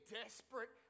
desperate